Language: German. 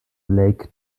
lake